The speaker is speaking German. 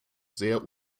sehr